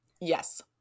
Yes